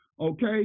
Okay